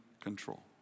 control